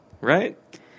Right